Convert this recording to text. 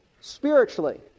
spiritually